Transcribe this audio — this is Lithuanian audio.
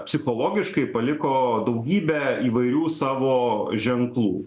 psichologiškai paliko daugybę įvairių savo ženklų